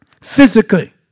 physically